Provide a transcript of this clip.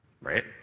Right